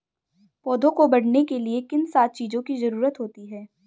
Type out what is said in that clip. पौधों को बढ़ने के लिए किन सात चीजों की जरूरत होती है?